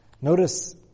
Notice